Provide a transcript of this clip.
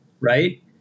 right